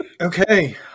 Okay